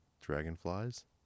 Dragonflies